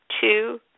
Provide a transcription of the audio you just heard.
Two